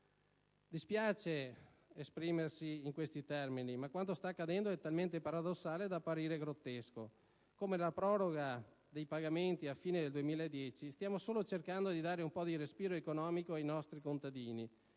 Dispiace esprimersi in questi termini, ma quanto sta accadendo è talmente paradossale da apparire grottesco. Con la proroga dei pagamenti a fine 2010, stiamo solo cercando di dare un po' di respiro economico ai nostri contadini,